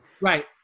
Right